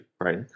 right